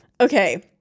okay